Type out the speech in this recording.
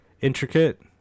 intricate